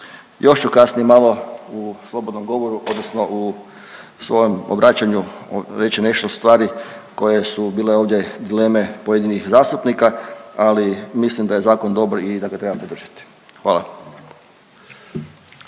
Još ću kasnije malo u slobodnom govoru odnosno u svojem obraćanju reći nešto ustvari koje su bile ovdje dileme pojedinih zastupnika, ali mislim da je zakon dobar i da ga treba podržati, hvala.